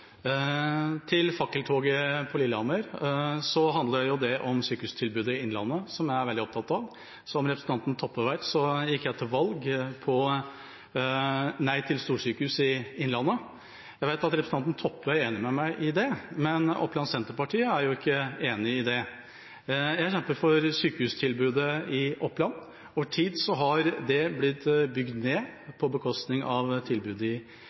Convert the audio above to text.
Til fakkeltoget på Lillehammer: Det handler om sykehustilbudet i Innlandet, som jeg er veldig opptatt av. Som representanten Toppe vet, gikk jeg til valg på nei til storsykehus i Innlandet. Jeg vet at representanten Toppe er enig med meg i det, men Oppland Senterparti er jo ikke enig i det. Jeg kjemper for sykehustilbudet i Oppland. Over tid har det blitt bygd ned på bekostning av tilbudet ved sykehusene i